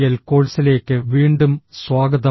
L കോഴ്സിലേക്ക് വീണ്ടും സ്വാഗതം